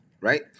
right